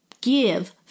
Give